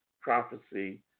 prophecy